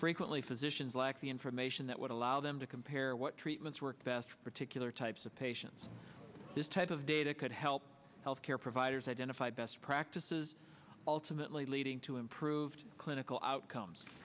frequently physicians lack the information that would allow them to compare what treatments work best particular types of patients this type of data could help health care providers identify best practices ultimately leading to improved clinical outcomes